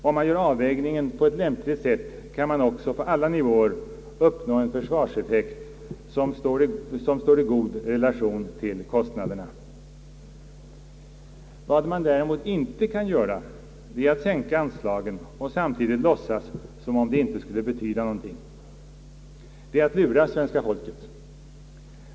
Om man gör avvägningen på ett lämpligt sätt, kan man också på alla nivåer uppnå en försvarseffekt som är god i relation till kostnaderna. Vad man däremot inte kan göra är att sänka anslagen och samtidigt låtsas som om det inte skulle betyda någonting. Det är att lura svenska folket.